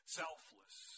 selfless